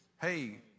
hey